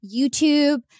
YouTube